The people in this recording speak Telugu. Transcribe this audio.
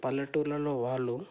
పల్లెటూళ్ళలో వాళ్ళు